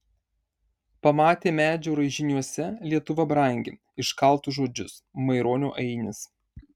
pamatė medžio raižiniuose lietuva brangi iškaltus žodžius maironio ainis